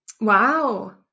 Wow